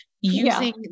using